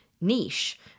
niche